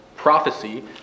prophecy